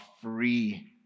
free